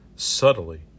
subtly